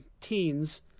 teens